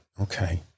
Okay